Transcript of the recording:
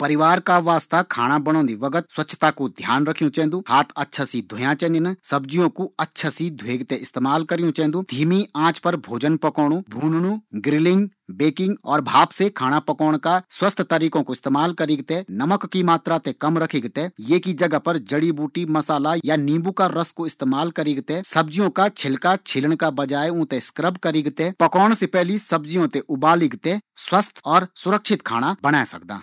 परिवार का वास्ता खाना बणोंदि वक्त स्वछता कु ध्यान रखयू चेंदु हाथों ते साबुन लगातार बीस सेकंड तक धोयूं चेंदु सब्जिओ कु अच्छा सी धवे क इस्तेमाल करियु चेंदु धीमी आंच पर भोजन पकोणु और भाप की ताप मा भोजन पकायु चेंदु।